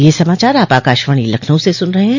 ब्रे क यह समाचार आप आकाशवाणी लखनऊ से सुन रहे हैं